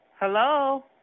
Hello